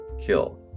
kill